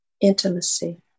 intimacy